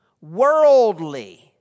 worldly